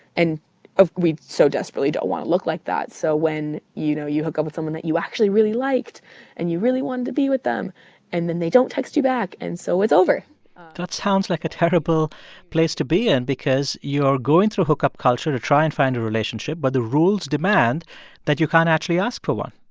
and we so desperately don't want to look like that. so when, you know, you hook up with someone that you actually really liked and you really wanted to be with them and then they don't text you back and so it's over that sounds like a terrible place to be in because you're going through hookup culture to try and find a relationship, but the rules demand that you can't actually ask for one